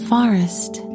forest